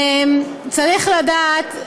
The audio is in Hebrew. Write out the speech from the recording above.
צריך לדעת: